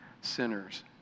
sinners